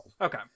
Okay